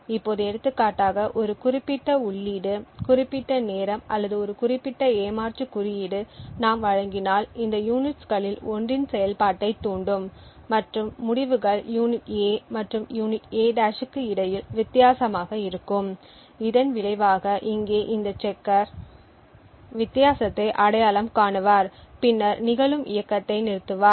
இப்போது எடுத்துக்காட்டாக ஒரு குறிப்பிட்ட உள்ளீடு குறிப்பிட்ட நேரம் அல்லது ஒரு குறிப்பிட்ட ஏமாற்று குறியீடு நாம் வழங்கினால் இந்த யூனிட்ஸ்களில் ஒன்றின் செயல்பாட்டைத் தூண்டும் மற்றும் முடிவுகள் யூனிட் A மற்றும் யூனிட் A' க்கு இடையில் வித்தியாசமாக இருக்கும் இதன் விளைவாக இங்கே இந்த செக்கர் வித்தியாசத்தை அடையாளம் காணுவார் பின்னர் நிகழும் இயக்கத்தை நிறுத்துவார்